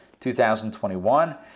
2021